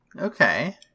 Okay